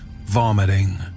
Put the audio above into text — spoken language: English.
vomiting